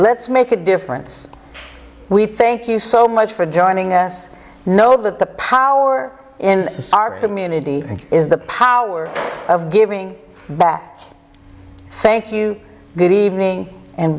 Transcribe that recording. let's make a difference we thank you so much for joining us know that the power in our community is the power of giving back